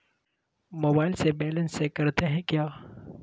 Mobile से balance check करते हैं क्या?